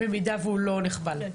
במידה והוא לא נכבל.